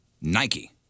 Nike